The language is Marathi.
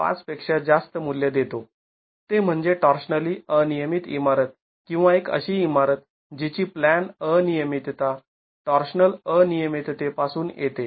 ५ पेक्षा जास्त मूल्य देतो ते म्हणजे टॉर्शनली अनियमित इमारत किंवा एक अशी इमारत जीची प्लॅन अनियमितता टॉर्शनल अनियमिततेपासून येते